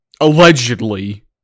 Allegedly